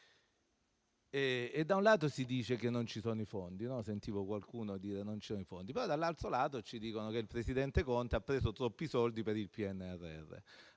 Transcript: negli ultimi mesi. Da un lato, sentivo qualcuno dire che non ci sono i fondi, poi dall'altro lato ci dicono che il presidente Conte ha preso troppi soldi per il PNRR.